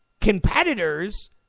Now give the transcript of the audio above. competitors